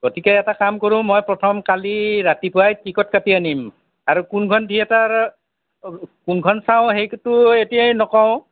গতিকে এটা কাম কৰোঁ মই প্ৰথম কালি ৰাতিপুৱাই টিকট কাটি আনিম আৰু কোনখন থিয়েটাৰ কোনখন চাওঁ সেইটোতো এতিয়াই নকওঁ